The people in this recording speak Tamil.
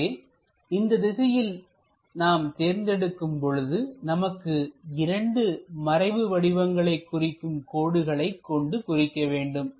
எனவே இந்த திசையில் நாம் தேர்ந்தெடுக்கும் பொழுது நமக்கு இரண்டு மறைவு வடிவங்களை குறிக்கும் கோடுகளைக் கொண்டு குறிக்க வேண்டும்